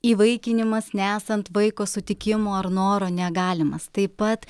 įvaikinimas nesant vaiko sutikimo ar noro negalimas taip pat